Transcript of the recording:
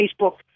Facebook